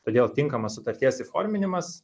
todėl tinkamas sutarties įforminimas